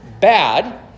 bad